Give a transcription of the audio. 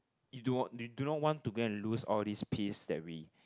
you do not you do not want to gain and lose all these peace that we